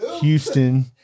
Houston